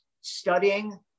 studying